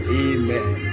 amen